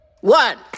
One